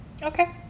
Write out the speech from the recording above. Okay